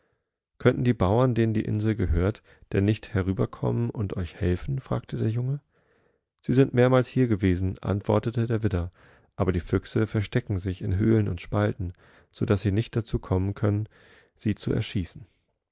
könnten die bauern denen die insel gehört denn nicht herüberkommen und euch helfen fragtederjunge siesindmehrmalshiergewesen antworteteder widder aber die füchse verstecken sich in höhlen und spalten so daß sie nicht dazu kommen können sie zu erschießen